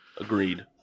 Agreed